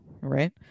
Right